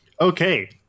Okay